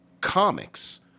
comics